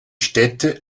städte